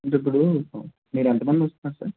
మీరు ఇప్పుడు మీరు ఎంత మంది వస్తున్నారు సార్